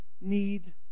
need